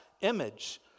image